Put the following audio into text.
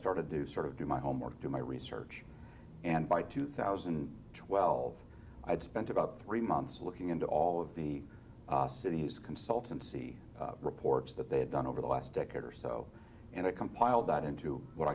started to sort of do my homework do my research and by two thousand and twelve i had spent about three months looking into all of the cities consultancy reports that they had done over the last decade or so and i compiled that into what